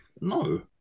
No